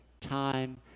time